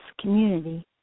community